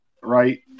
right